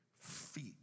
feet